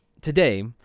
today